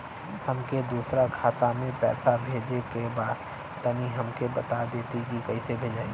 हमके दूसरा खाता में पैसा भेजे के बा तनि हमके बता देती की कइसे भेजाई?